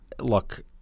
look